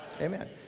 Amen